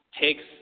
takes